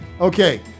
Okay